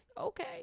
Okay